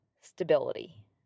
stability